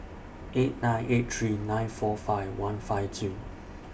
eight nine eight three nine four five one five two